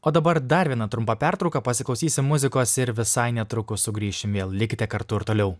o dabar dar viena trumpa pertrauka pasiklausysim muzikos ir visai netrukus sugrįšim vėl likite kartu ir toliau